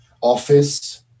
office